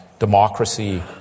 Democracy